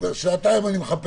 הרי אם מחר